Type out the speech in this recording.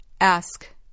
Ask